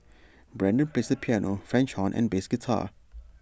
Brendan plays the piano French horn and bass guitar